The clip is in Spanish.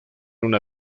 una